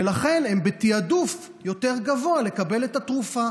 ולכן הם בתיעדוף יותר גבוה לקבל את התרופה.